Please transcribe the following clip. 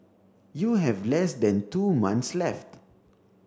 you have less than two months left